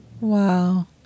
Wow